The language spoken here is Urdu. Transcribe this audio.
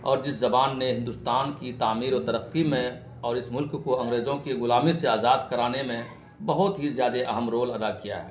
اور جس زبان نے ہندوستان کی تعمیر و ترقی میں اور اس ملک کو انگریزوں کی غلامی سے آزاد کرانے میں بہت ہی زیادہ اہم رول ادا کیا ہے